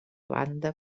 banda